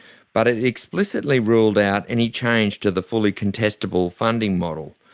but it explicitly ruled out any change to the fully-contestable funding model.